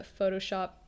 Photoshop